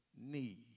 need